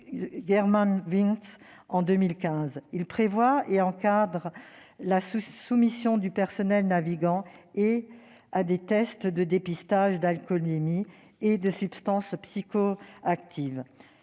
Germanwings en 2015, il prévoit et encadre la soumission du personnel navigant à des tests de dépistage d'alcoolémie et de substances psychoactives.